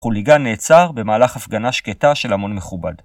חוליגן נעצר במהלך הפגנה שקטה של המון מכובד.